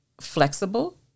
flexible